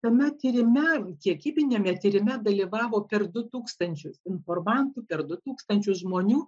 tame tyrime kiekybiniame tyrime dalyvavo per du tūkstančius informantų per du tūkstančius žmonių